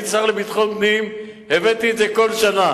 הייתי שר לביטחון פנים, הבאתי את זה כל שנה.